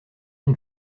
une